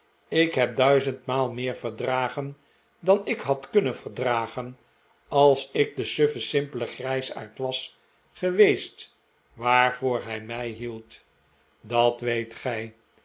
ik heb duizendmaal meer verdragen dan ik had kunnen verdragen r als ik de suffe simpele grijsaard was geweest waarvoor hij mij hield dat weet gij